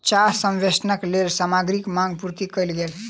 चाह संवेष्टनक लेल सामग्रीक मांग पूर्ति कयल गेल